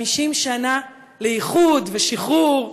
50 שנה לאיחוד ושחרור,